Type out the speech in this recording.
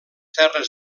terres